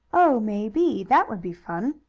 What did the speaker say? oh, maybe! that would be fun!